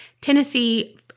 Tennessee